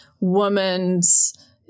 woman's